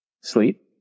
sleep